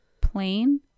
plain